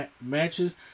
matches